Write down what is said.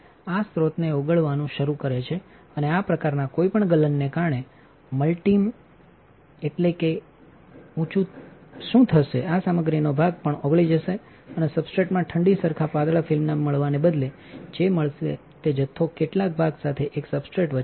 આ આ સ્રોતને ઓગાળવાનું શરૂ કરે છે અને આ પ્રકારના કોઈપણ ગલનને કારણે મલ્ટિ મ meansનએટલેકેhappenંચું શું થશે આ સામગ્રીનો ભાગ પણ ઓગળી જશે અને સબસ્ટ્રેટમાં ઠંડી સરખા પાતળા ફિલ્મ મળવાને બદલે જે મળશે તે જથ્થો કેટલાક ભાગ સાથે એક સબસ્ટ્રેટ વચ્ચે